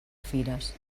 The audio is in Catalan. fires